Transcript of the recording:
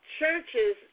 churches